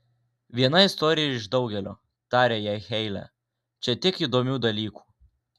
viena istorija iš daugelio tarė jai heile čia tiek įdomių dalykų